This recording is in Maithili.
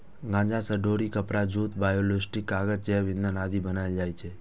गांजा सं डोरी, कपड़ा, जूता, बायोप्लास्टिक, कागज, जैव ईंधन आदि बनाएल जाइ छै